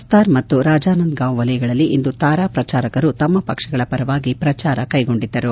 ಬಸ್ತಾರ್ ಮತ್ತು ರಾಜಾನಂದಗಾಂವ್ ವಲಯಗಳಲ್ಲಿ ಇಂದು ತಾರಾ ಪ್ರಚಾರಕರು ತಮ್ಮ ಪಕ್ಷಗಳ ಪರವಾಗಿ ಪ್ರಚಾರ ಕೈಗೊಂಡಿದ್ದರು